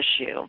issue